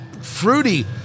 fruity